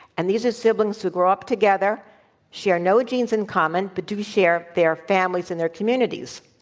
and these are siblings who grow up together share no genes in common but do share their families and their communities.